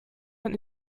man